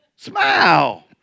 Smile